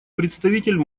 представитель